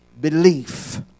belief